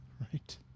right